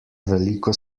veliko